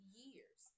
years